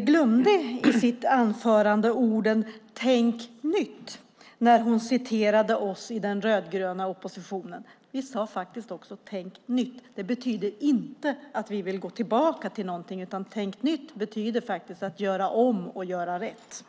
glömde i sitt anförande orden tänk nytt när hon citerade oss i den rödgröna oppositionen. Vi sade faktiskt också tänk nytt. Det betyder inte att vi vill gå tillbaka till någonting, utan tänk nytt betyder faktiskt att göra om och göra rätt.